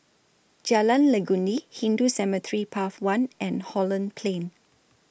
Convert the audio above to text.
Jalan Legundi Hindu Cemetery Path one and Holland Plain